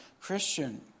Christian